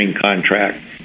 contract